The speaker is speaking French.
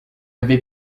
avait